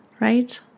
right